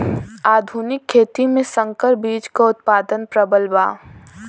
आधुनिक खेती में संकर बीज क उतपादन प्रबल बा